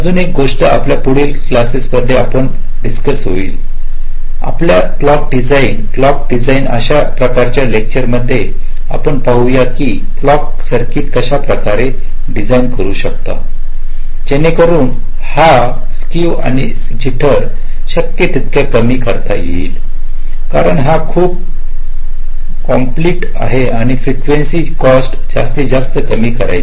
अजून एक गोष्ट आपल्या पुढील क्लासेस मध्ये डिस्कस होईल आपल्या क्लॉक डिझाईन क्लॉक डिझाईन अशा प्रकारच्या लेक्चर मध्ये आपण पाहू की क्लॉकच्या सर्किट कशा प्रकारे कसे डीझाईन करू शकता जेणेकरुन हे स्क्क्यू आणि जिटर शक्य तितक्या कमी करता येईल कारण हा खुप किंप्लेंट आहे फ्रीकेंसी कॉस्ट जास्तीत जास्त कमी करायचा